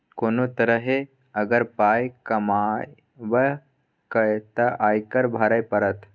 कोनो तरहे अगर पाय कमेबहक तँ आयकर भरइये पड़त